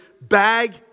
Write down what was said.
bag